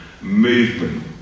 movement